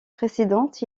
précédente